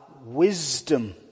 wisdom